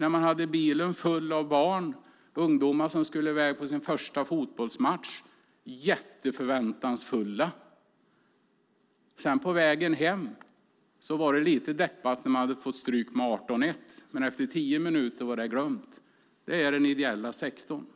också när jag hade bilen full med barn och ungdomar som skulle i väg på sin första fotbollsmatch, jätteförväntansfulla. Sedan, på väg hem, var det lite deppigt när man hade fått stryk med 18-1, men efter tio minuter var det glömt. Det är den ideella sektorn.